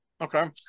okay